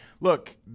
Look